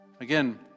Again